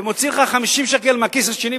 ומוציא לך 50 שקל מהכיס השני,